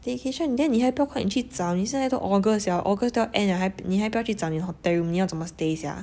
staycation then 你还不快去找你现在都 august liao august 都要 end liao 还你还不要去找你 hotel room 你要怎么 stay sia